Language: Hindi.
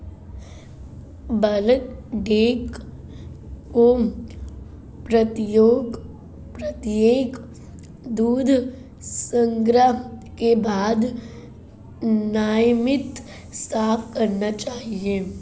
बल्क टैंक को प्रत्येक दूध संग्रह के बाद नियमित साफ करना चाहिए